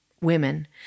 women